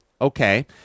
okay